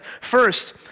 First